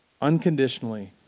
Unconditionally